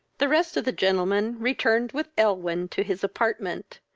the rest of the gentlemen returned with elwyn to his apartment,